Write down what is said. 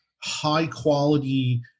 High-quality